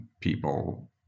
people